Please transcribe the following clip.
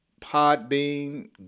Podbean